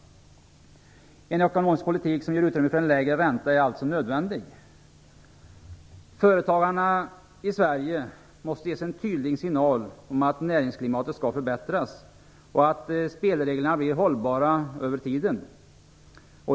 En ekonomisk politik som ger utrymme för en lägre ränta är alltså nödvändig. Företagarna i Sverige måste ges en tydlig signal om att näringsklimatet skall förbättras och att spelreglerna blir hållbara över tiden.